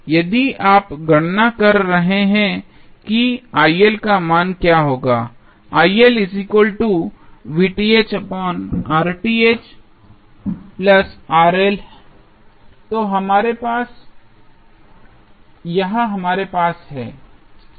अब यदि आप गणना कर रहे हैं कि का मान क्या होगा तो यह हमारे पास है